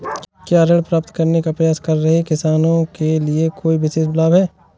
क्या ऋण प्राप्त करने का प्रयास कर रहे किसानों के लिए कोई विशेष लाभ हैं?